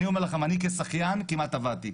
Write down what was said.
אני אומר לכם שאני, כשחיין, כמעט טבעתי.